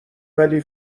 ولی